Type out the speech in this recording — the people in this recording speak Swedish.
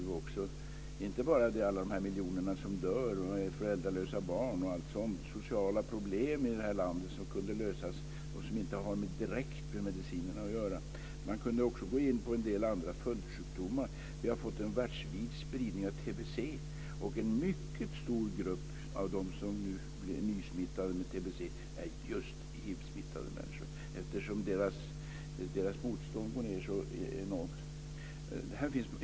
Det handlar inte bara om de miljoner människor som dör, de många barn som blir föräldralösa, de stora sociala problemen, utan det finns mycket annat som inte har direkt med medicinerna att göra. Det finns många följdsjukdomar. Det har blivit en världsvid spridning av tbc. En mycket stor grupp av dem som nu är nysmittade med tbc är just hivsmittade människor eftersom deras motståndskraft går ned så enormt.